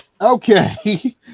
Okay